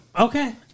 Okay